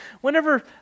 whenever